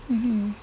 mmhmm